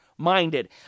minded